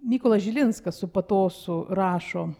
mykolas žilinskas su patosu rašo